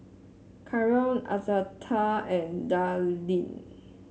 Karol Arletta and Darlene